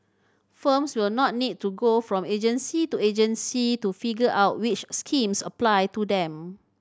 firms will not need to go from agency to agency to figure out which schemes apply to them